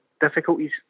difficulties